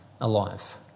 alive